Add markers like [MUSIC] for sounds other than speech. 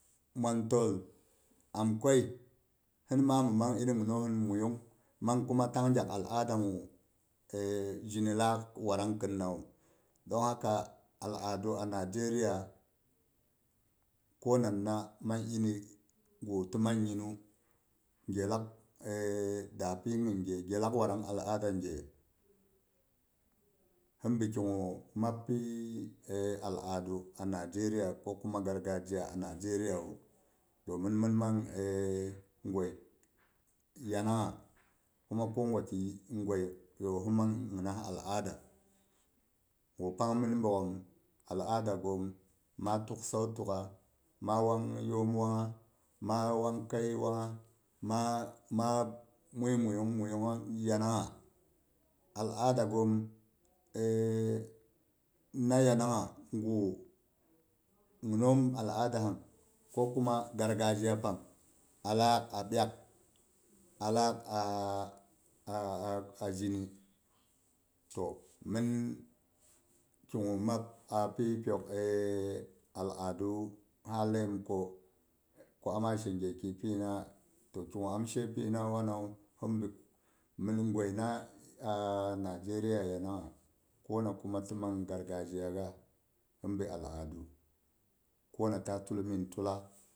Montol amkwəi, sɨnma mɨn man iri ginosɨn muiyung man kuma tang gyal al'ada ga [HESITATION] zhini laak watrang kinnawu. Don haka al'adu a nigeria konana man iri ga timanginu. Gye lak [HESITATION] da pyigin gye, gye lak watrang al'ada gye. Hinbi kigu mab pyi al'adu a nigeria ko kuma gargazhiya a nigeriawu, domin mɨn man [HESITATION] goi yanangnga kuma kogwaki goi hi man ginas al'ada. To pang mɨn bogghom al'adagoom, maa tuk səu tuk'a maa wang yoom wangnga, maa wang kəii wangnga, maa maa mui- muiyung yanangng. Al'adagoom [HESITATION] ana yanangnga gu ginoom al'ada pang, ko kuma gargazhi ya pang, alak a piak, alaak [HESITATION] a zhini, to mɨn giku mab apyi pyok [HESITATION] al'aduwu ha ləiem ko ama she gyeki pigina? To kigu am she pyina wanawu hin bi, mɨn goina a nigeria yanangnga kona kuma ti man gargazhiya gas, hibi al'adu kona ta tulmiin tula